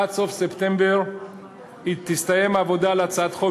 עד סוף ספטמבר תסתיים העבודה על הצעת חוק